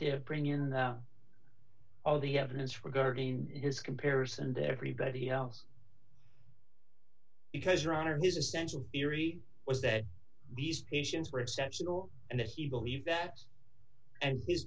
to bring in all the evidence regarding his comparison to everybody else because your honor his essential theory was that these patients were exceptional and that he believed that and his